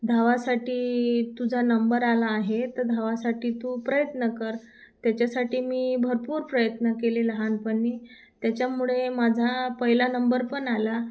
धावायसाठी तुझा नंबर आला आहे तर धावायसाठी तू प्रयत्न कर त्याच्यासाठी मी भरपूर प्रयत्न केले लहानपणी त्याच्यामुळे माझा पहिला नंबर पण आला